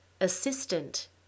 Assistant